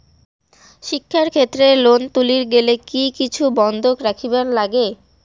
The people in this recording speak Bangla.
শিক্ষাক্ষেত্রে লোন তুলির গেলে কি কিছু বন্ধক রাখিবার লাগে?